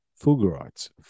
fulgurites